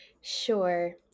Sure